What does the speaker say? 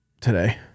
today